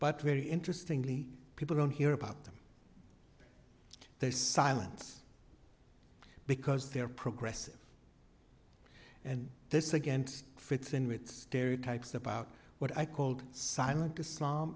but wary interesting lee people don't hear about them there's silence because they're progressive and this against fits in with stereotypes about what i called silent islam